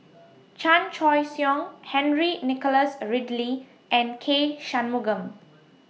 Chan Choy Siong Henry Nicholas Ridley and K Shanmugam